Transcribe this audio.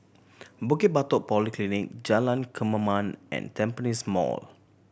Bukit Batok Polyclinic Jalan Kemaman and Tampines Mall